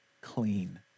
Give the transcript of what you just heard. clean